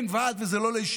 אין ועד, וזה לא לישיבות,